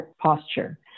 posture